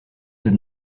did